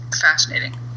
fascinating